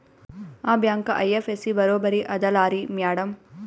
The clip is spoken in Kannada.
ಆ ಬ್ಯಾಂಕ ಐ.ಎಫ್.ಎಸ್.ಸಿ ಬರೊಬರಿ ಅದಲಾರಿ ಮ್ಯಾಡಂ?